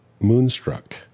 Moonstruck